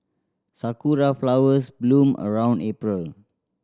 sakura flowers bloom around April